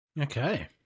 Okay